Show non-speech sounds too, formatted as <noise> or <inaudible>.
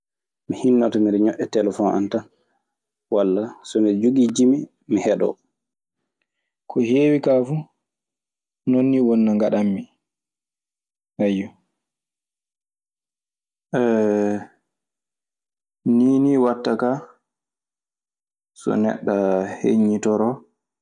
Mi hinnoto miɗe ñoƴƴa telefon am tan walla so miɗe jogii jimi mi heɗoo. Ko heewi ka fuu nonnii woni no ngaɗam mi. <hesitation> <hesitation> Nii nii waɗta kaa so neɗɗo heññitoroo.